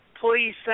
please